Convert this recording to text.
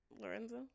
Lorenzo